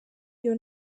iyo